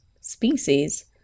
species